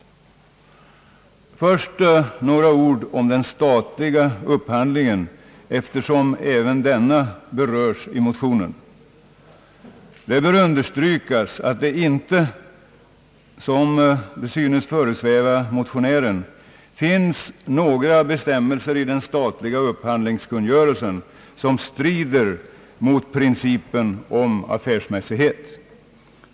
Först vill jag anföra några ord om den statliga upphandlingen, eftersom även denna berörs i motionen. Det bör understrykas att det inte — som synes föresväva motionären — finns några bestämmelser i den statliga upphandlingskungörelsen som strider mot principen om affärsmässighet.